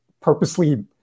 purposely